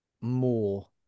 More